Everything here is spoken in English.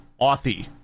Authy